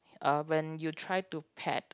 uh when you try to pet